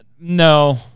No